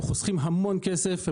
חוסכים המון כסף,